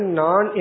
non